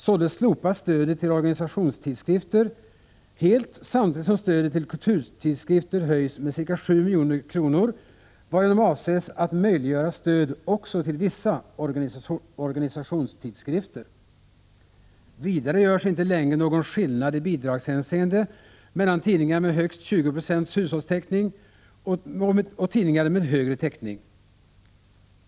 Således slopas stödet till organisationstidskrifter helt samtidigt som stödet till kulturtidskrifter höjs med 7 milj.kr., varigenom avses att möjliggöra stöd också till vissa organisationstidskrifter. Vidare görs inte längre någon skillnad i bidragshänseende mellan tidningar med högst 20 20 hushållstäckning och tidningar med högre täckning.